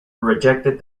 rejected